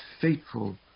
fateful